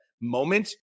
moment